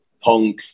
punk